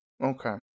okay